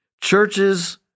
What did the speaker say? Churches